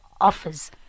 offers